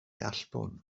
allbwn